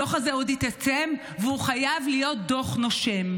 הדוח הזה עוד יתעצם, והוא חייב להיות דוח נושם.